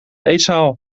eetzaal